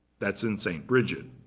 that's in st. bridget,